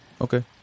Okay